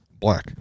Black